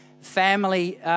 family